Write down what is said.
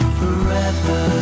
forever